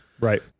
right